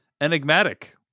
enigmatic